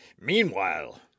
Meanwhile